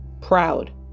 Proud